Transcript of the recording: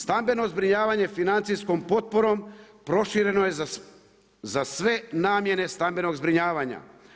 Stambeno zbrinjavanje financijskom potporom prošireno je za sve namjene stambenog zbrinjavanja.